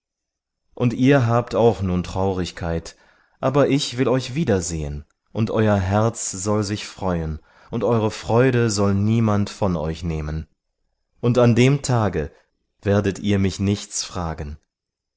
und ihr habt auch nun traurigkeit aber ich will euch wiedersehen und euer herz soll sich freuen und eure freude soll niemand von euch nehmen und an dem tage werdet ihr mich nichts fragen